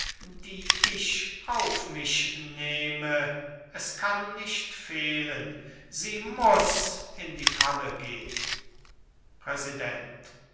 die ich auf mich nehme es kann nicht fehlen sie muß in die falle gehn präsident